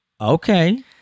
Okay